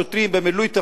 לשוטרים במילוי תפקידם,